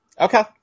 Okay